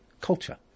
culture